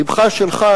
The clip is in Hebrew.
לבך שלך,